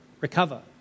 recover